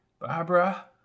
Barbara